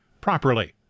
properly